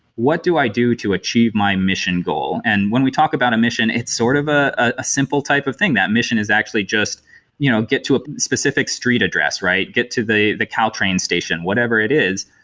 what do i do to achieve my mission goal? and when we talk about a mission, it's sort of ah a simple type of thing. that mission is actually just you know get to a specific street address, right? get to the the caltrain station, whatever it is.